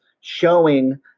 showing